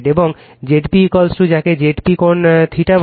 এবং Zp যাকে Zp কোণ θ বলে